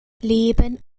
leben